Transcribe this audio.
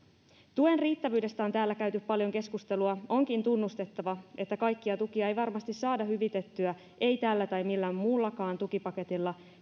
tuen riittävyydestä on täällä käyty paljon keskustelua onkin tunnustettava että kaikkia tukia ei varmasti saada hyvitettyä ei tällä tai millään muullakaan tukipaketilla